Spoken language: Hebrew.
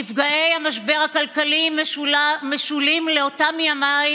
נפגעי המשבר הכלכלי משולים לאותו ימאי